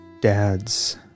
dad's